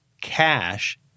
cash